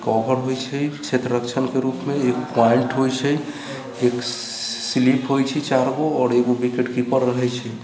cover होइत छै क्षेत्ररक्षणके रूपमे एक पोईंट होइत छै एक स्लीप होइत छै चारि गो आओर एगो विकेट कीपर रहैत छै